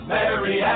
Mary